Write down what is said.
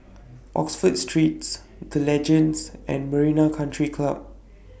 Oxford Streets The Legends and Marina Country Club